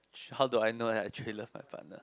how do I know that I actually love my partner